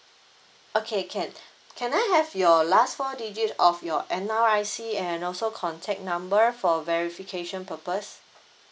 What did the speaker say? okay can can I have your last four digit of your and N_R_I_C and also contact number for verification purpose